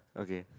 okay